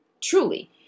truly